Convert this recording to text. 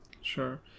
Sure